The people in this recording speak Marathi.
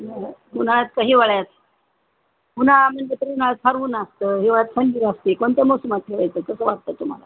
उन्ह्याळ्यात का हिवाळ्यात उन्हाळा म्हणजे उन्हाळ्यात फार ऊन असतं हिवाळ्यात थंडी अस असते कोणत्या मोसमात ठेवायचं असं वाटतं तुम्हाला